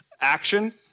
Action